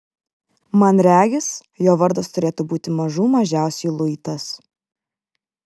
man regis jo vardas turėtų būti mažų mažiausiai luitas